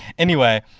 anyway,